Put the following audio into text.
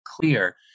clear